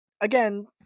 again